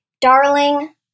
darling